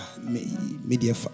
media